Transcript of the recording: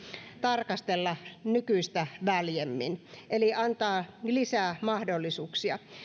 tarkastella nykyistä väljemmin eli antaa lisää mahdollisuuksia